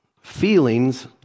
Feelings